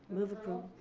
move approval.